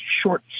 short